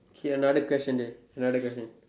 okay another question dey another question